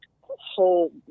whole